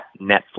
Netflix